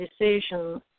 decision